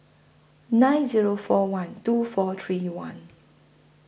nine Zero four one two four three one